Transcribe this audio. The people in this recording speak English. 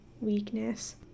weakness